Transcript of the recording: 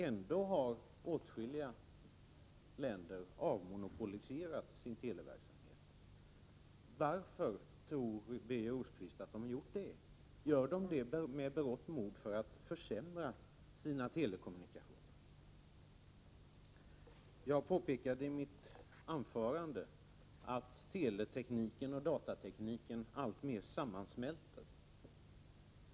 Ändå har åtskilliga avmonopoliserat sin televerksamhet. Varför tror Birger Rosqvist att de har gjort det? Gör de det med berått mod för att försämra sina telekommunikationer? Jag påpekade i mitt huvudanförande att teletekniken och datatekniken alltmer sammansmälter.